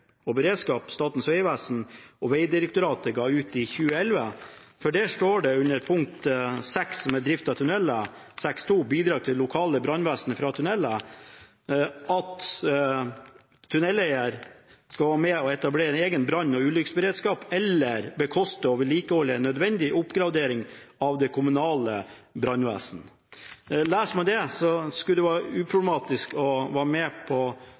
og beredskap, Statens vegvesen og Vegdirektoratet ga ut i 2011, for der står det under kapittel 6, «drift av tunneler», 6.2, «bidrag til lokale brannvesen fra tunneleier», at tunneleier skal være med på «å etablere en egen brann- og ulykkesberedskap, eller bekoste og vedlikeholde en nødvendig oppgradering av det kommunale brannvesen.» Leser man det, burde det være uproblematisk å være med på